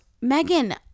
Megan